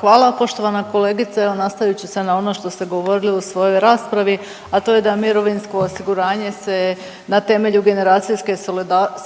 Hvala. Poštovana kolegice, evo, nastavit ću se na ono što ste govorili u svojoj raspravi, a to je da mirovinsko osiguranje se na temelju generacijske